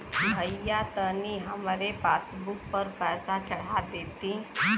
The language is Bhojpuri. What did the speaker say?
भईया तनि हमरे पासबुक पर पैसा चढ़ा देती